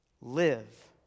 Live